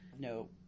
no